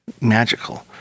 magical